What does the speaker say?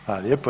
Hvala lijepo.